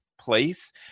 place